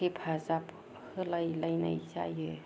हेफाजाब होलायलायनाय जायो